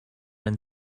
and